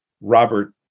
Robert